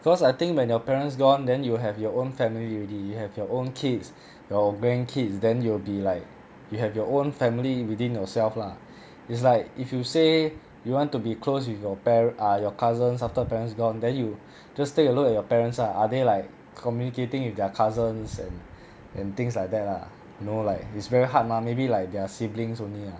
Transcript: cause I think when your parents gone then you will have your own family already you have your own kids your grand kids then you'll be like you have your own family within yourself lah it's like if you say you want to be close with your par~ ah your cousins after parents gone then you just take a look at your parents ah are they like communicating with their cousins and and things like that lah you know like it's very hard mah maybe like their siblings only lah